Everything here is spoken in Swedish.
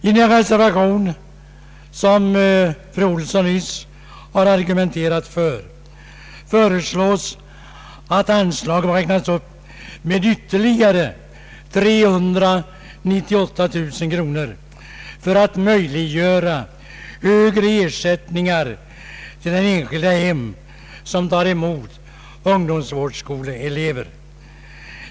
I en reservation vid punkten 29 föreslås att anslaget bör räknas upp med ytterligare 398 000 kr. för att möjliggöra högre ersättningar till de enskilda hem som tar emot ungdomsvårdsskoleeleverna.